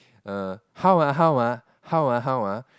err how ah how ah how ah how ah